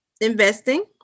investing